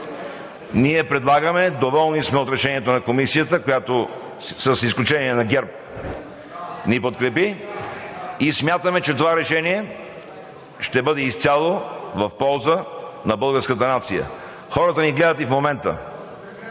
колеги. Доволни сме от решението на Комисията, която с изключение на ГЕРБ ни подкрепи, и смятаме, че това решение ще бъде изцяло в полза на българската нация. Хората ни гледат и в момента,